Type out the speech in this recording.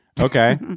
Okay